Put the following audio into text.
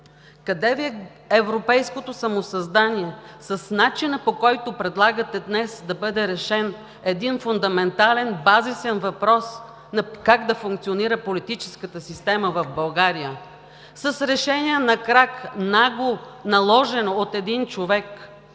Къде Ви е европейското самосъзнание с начина, по който предлагате днес да бъде решен един фундаментален, базисен въпрос – как да функционира политическата система в България? С решение на крак, нагло наложено от един човек